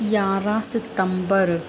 यारहं सितम्बर